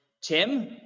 Tim